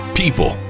people